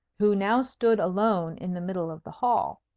who now stood alone in the middle of the hall.